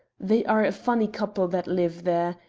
they are a funny couple that live there.